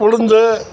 உளுந்து